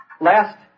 Last